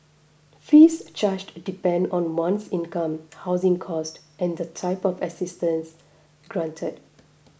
fees charged depend on one's income housing cost and the type of assistance granted